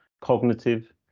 cognitive